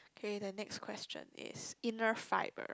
K the next question is inner fiber